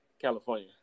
California